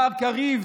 מר קריב,